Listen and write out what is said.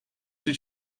při